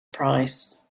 price